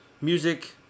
music